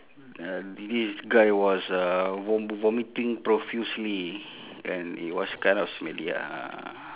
uh this guy was uh vom~ vomiting profusely and it was kind of smelly ah